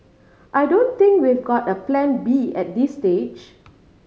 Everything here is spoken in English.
I don't think we've got a Plan B at this stage